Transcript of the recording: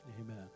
Amen